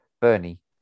Bernie